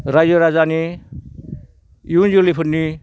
रायजो राजानि इयुन जोलैफोरनि